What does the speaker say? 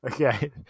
Okay